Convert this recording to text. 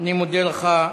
אני מודה לך,